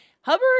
Hubbard